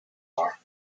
are